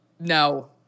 No